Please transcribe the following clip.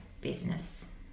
business